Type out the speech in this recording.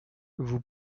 vous